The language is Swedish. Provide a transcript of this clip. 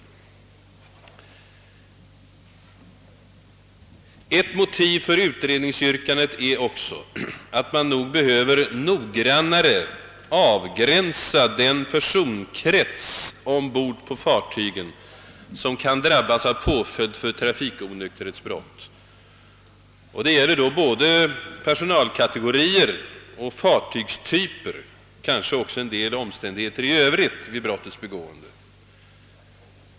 Ett annat motiv för motionärernas utredningsyrkande är att man kanske noggrannare behöver avgränsa den personkrets ombord på fartyg, som kan drabbas av påföljd för trafikonykterhetsbrott. Det gäller då både personalkategorier och fartygstyper och kanske även en del omständigheter i övrigt vid brottets begående.